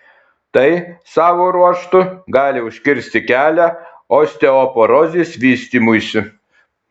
tai savo ruožtu gali užkirsti kelią osteoporozės vystymuisi